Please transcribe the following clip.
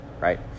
right